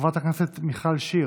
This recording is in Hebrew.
חברת הכנסת מיכל שיר,